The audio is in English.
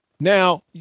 Now